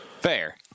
Fair